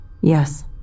Yes